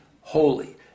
holy